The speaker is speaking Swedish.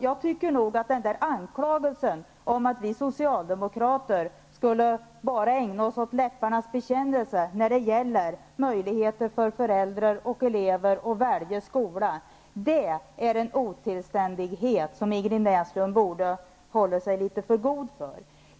Jag tycker nog att anklagelsen om att vi socialdemokrater bara skulle ägna oss åt läpparnas bekännelse när det gäller möjligheter för föräldrar och elever att välja skola är en otillständighet som Ingrid Näslund borde hålla sig litet för god för.